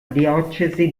diocesi